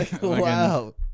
wow